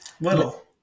Little